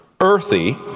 earthy